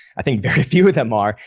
i think very few of them are.